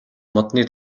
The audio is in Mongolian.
модны